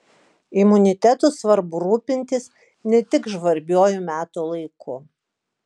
imunitetu svarbu rūpintis ne tik žvarbiuoju metų laiku